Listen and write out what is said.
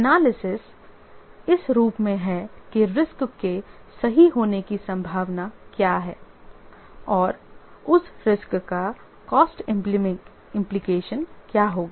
analysis इस रूप में है कि रिस्क के सही होने की संभावना क्या है और उस रिस्क का कॉस्ट इंप्लीकेशन क्या होगा